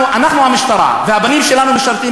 העובדים בכור,